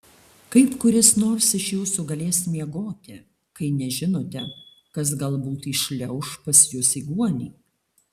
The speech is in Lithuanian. kaip kuris nors iš jūsų galės miegoti kai nežinote kas galbūt įšliauš pas jus į guolį